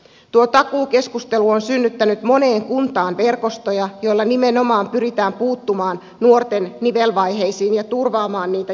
tuo takuukeskustelu on synnyttänyt moneen kuntaan verkostoja joilla nimenomaan pyritään puuttumaan nuorten nivelvaiheisiin ja turvaamaan niitä jatkokoulutuspaikkoja